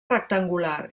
rectangular